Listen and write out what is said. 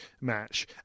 match